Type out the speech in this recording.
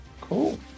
Cool